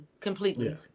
completely